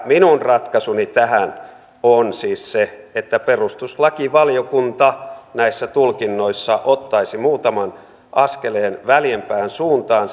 minun ratkaisuni tähän on siis se että perustuslakivaliokunta näissä tulkinnoissa ottaisi muutaman askeleen väljempään suuntaan